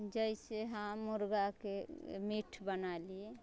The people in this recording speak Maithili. जैसे हम मुर्गाके मीट बनेली